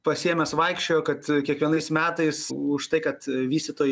pasiėmęs vaikščiojo kad kiekvienais metais už tai kad vystytojai